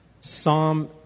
Psalm